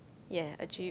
ya a jeep